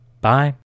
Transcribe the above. Bye